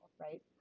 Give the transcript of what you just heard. right